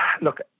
look